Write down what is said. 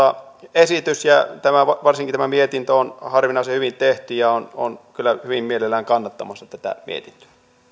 esitys ja varsinkin tämä mietintö on harvinaisen hyvin tehty ja olen kyllä hyvin mielelläni kannattamassa tätä mietintöä ensimmäiseen